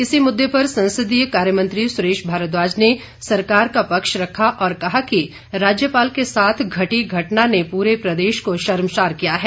इसी मुद्दे पर संसदीय कार्यमंत्री सुरेश भारद्वाज ने सरकार का पक्ष रखा और कहा कि राज्यपाल के साथ घटी घटना ने पूरे प्रदेश को शर्मसार किया है